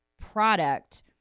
product